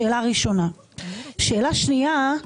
שאלה שנייה.